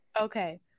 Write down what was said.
Okay